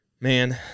man